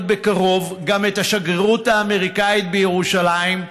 בקרוב גם את השגרירות האמריקנית בירושלים.